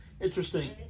Interesting